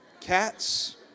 cats